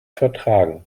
vertragen